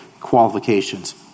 qualifications